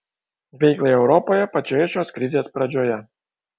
veiklai europoje pačioje šios krizės pradžioje